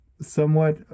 somewhat